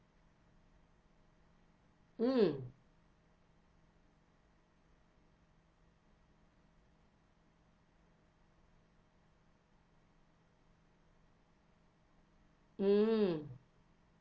mm mm